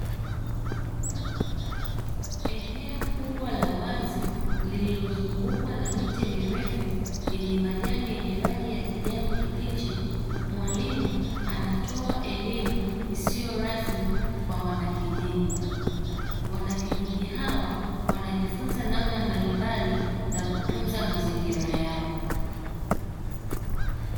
Eneo kubwa la wazi lililozungukwa na miti mirefu yenye majani yenye rangi ya kijani kibichi. Mwalimu anatoa elimu isiyo rasmi kwa wanakijiji, wanakijiji hawa wanajifunza namna mbalimbali za kutunza mazingira yao.